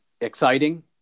exciting